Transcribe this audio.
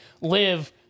live